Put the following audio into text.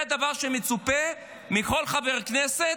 זה דבר שמצופה מכל חבר כנסת,